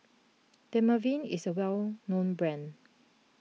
Dermaveen is a well known brand